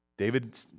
David